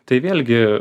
tai vėlgi